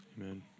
Amen